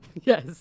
Yes